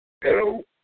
Hello